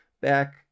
back